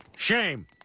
Shame